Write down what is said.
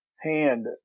hand